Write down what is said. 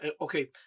Okay